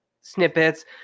snippets